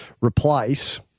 replace –